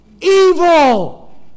Evil